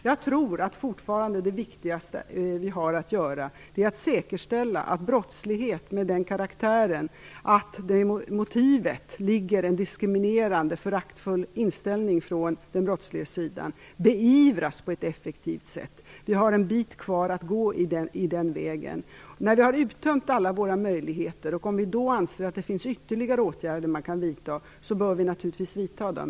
Jag tror att det viktigaste vi har att göra fortfarande är att säkerställa att brottslighet med den karaktären att motivet ligger i en diskriminerande, föraktfull inställning från den brottsliga sidan beivras på ett effektivt sätt. Vi har en bit kvar att gå i den riktningen. När vi har uttömt alla våra möjligheter och om vi då anser att det finns ytterligare åtgärder man kan vidta, bör vi naturligtvis vidta dem.